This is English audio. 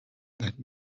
that